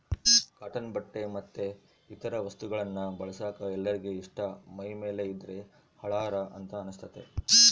cotton ಬಟ್ಟೆ ಮತ್ತೆ ಇತರ ವಸ್ತುಗಳನ್ನ ಬಳಸಕ ಎಲ್ಲರಿಗೆ ಇಷ್ಟ ಮೈಮೇಲೆ ಇದ್ದ್ರೆ ಹಳಾರ ಅಂತ ಅನಸ್ತತೆ